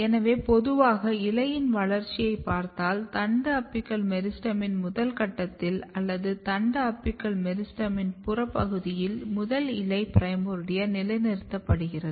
எனவே பொதுவாக இலையின் வளர்ச்சியைப் பார்த்தால் தண்டு அபிக்கல் மெரிஸ்டெமின் முதல் கட்டத்தில் அல்லது தண்டு அபிக்கல் மெரிஸ்டெமின் புறப் பகுதியில் முதல் இலை பிரைமோர்டியா நிலைநிறுத்தப்படுகிறது